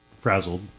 frazzled